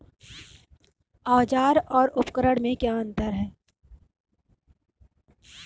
औज़ार और उपकरण में क्या अंतर है?